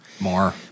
More